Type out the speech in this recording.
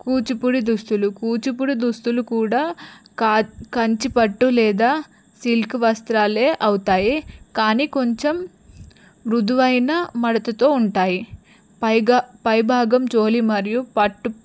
కూచిపూడి దుస్తులు కూచిపూడి దుస్తులు కూడా కా కంచి పట్టు లేదా సిల్క్ వస్త్రాలే అవుతాయి కానీ కొంచెం మృదువైన మడతతో ఉంటాయి పైగా పైభాగం చోలీ మరియు పట్టు